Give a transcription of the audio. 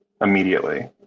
immediately